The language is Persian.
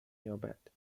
یابد